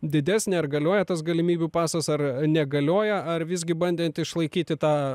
didesnė ar galioja tas galimybių pasas ar negalioja ar visgi bandėt išlaikyti tą